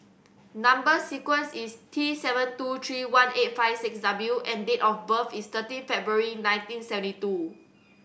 number sequence is T seven two three one eight five six W and date of birth is thirteen February nineteen seventy two